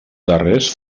darrers